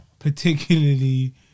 Particularly